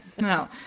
no